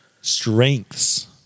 Strengths